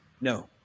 No